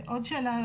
ועוד שאלה,